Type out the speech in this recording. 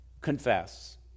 confess